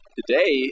Today